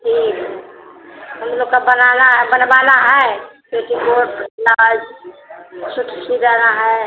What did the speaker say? ठीक हम लोग का बनाना है बनवाना है पेटीकोट ब्लाउज सूट सिलाना है